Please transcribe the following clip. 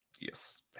Yes